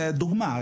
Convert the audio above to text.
דוגמה.